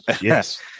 Yes